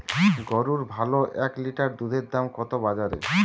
গরুর ভালো এক লিটার দুধের দাম কত বাজারে?